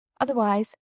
Otherwise